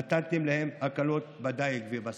נתתם להם הקלות בדיג וסחורה.